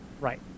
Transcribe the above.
Right